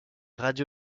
radio